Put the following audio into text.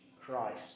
Christ